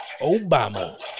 Obama